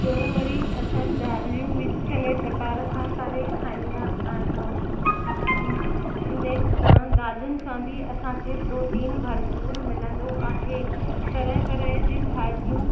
ॿियो वरी असां दालियूं बि चङे प्रकार सां करे खाईंदा आहियूं इने सां दालियुन सां बि असांखे प्रोटीन भरपूरि मिलंदो आहे तरह तरह जी भाॼियूं